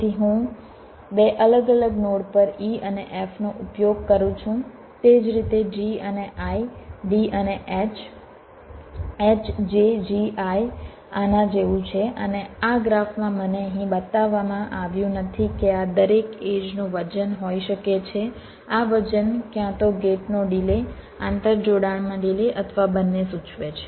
તેથી હું 2 અલગ અલગ નોડ પર E અને F નો ઉપયોગ કરું છું તે જ રીતે G અને I D અને H H J G I આના જેવું છે અને આ ગ્રાફમાં મને અહીં બતાવવામાં આવ્યું નથી કે આ દરેક એડ્જ નું વજન હોઈ શકે છે આ વજન ક્યાં તો ગેટનો ડિલે આંતરજોડાણમાં ડિલે અથવા બંને સૂચવે છે